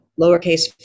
lowercase